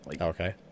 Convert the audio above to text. Okay